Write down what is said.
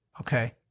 Okay